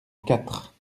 quatre